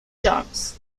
jones